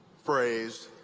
phrase,